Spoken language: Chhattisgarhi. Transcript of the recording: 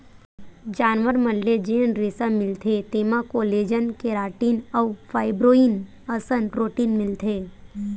जानवर मन ले जेन रेसा मिलथे तेमा कोलेजन, केराटिन अउ फाइब्रोइन असन प्रोटीन मिलथे